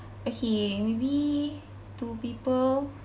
okay maybe to people